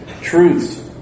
truths